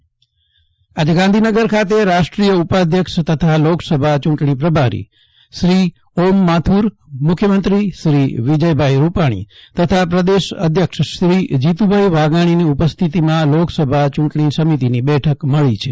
જયદીપ વેશ્નવ ગાંધીનગર બેઠક આજે ગાંધીનગર ખાતે રાષ્ટ્રીય ઉપાધ્યક્ષ તથા લોકસભા ચૂંટણી પ્રભારી શ્રી ઓમ માથુર મુખ્યમંત્રી શ્રી વિજયભાઈ રૂપાણી તથા પ્રદેશ અધ્યક્ષ શ્રી જીતુભાઈ વાઘાણીની ઉપસ્થિતિમાં લોકસભા ચૂંટણી સમિતિની બેઠક મળી છે